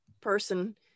person